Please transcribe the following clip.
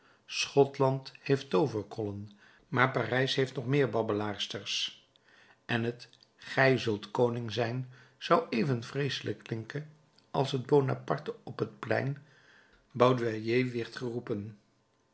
schotland heeft tooverkollen maar parijs heeft nog meer babbelaarsters en het gij zult koning zijn zou even vreeselijk klinken als het bonaparte op het plein baudoyer wierd toegeroepen